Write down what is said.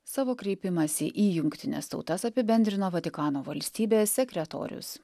savo kreipimąsi į jungtines tautas apibendrino vatikano valstybės sekretorius